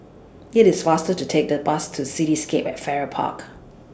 IT IS faster to Take The Bus to Cityscape At Farrer Park